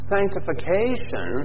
Sanctification